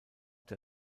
der